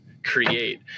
create